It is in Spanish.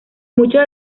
muchos